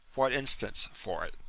what instance for it?